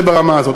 זה ברמה הזאת.